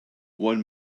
one